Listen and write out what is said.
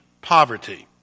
Poverty